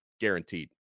guaranteed